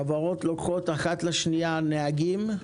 חברות לוקחות אחת מן השנייה נהגים,